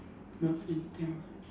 last minute tell me